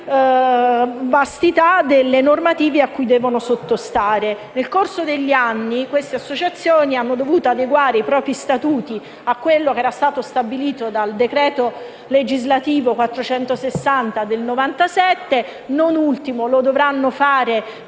vastità delle normative a cui devono sottostare. Nel corso degli anni, queste associazioni hanno dovuto adeguare i propri statuti a quanto stabilito dal decreto legislativo n. 460 del 1997, così come dovranno fare